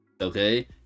okay